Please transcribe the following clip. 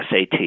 SAT